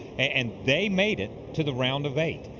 and they made it to the round of eight.